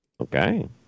Okay